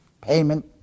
Payment